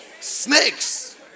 Snakes